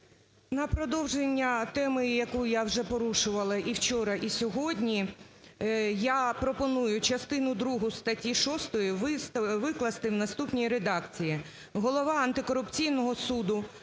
На продовження теми, яку я вже порушувала і вчора, і сьогодні. Я пропоную частину другу статті 6 викласти в наступній редакції: "Голова антикорупційного суду